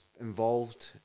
involved